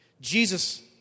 Jesus